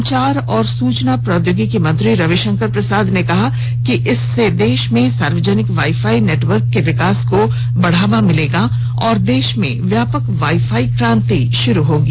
संचार और सूचना प्रौद्योगिकी मंत्री रवि शंकर प्रसाद ने कहा कि इससे देश में सार्वजनिक वाई फाई नेटवर्क के विकास को बढ़ावा मिलेगा और देश में व्यापक वाई फाई क्रांति शुरू होगी